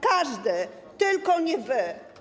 Każdy tylko nie wy.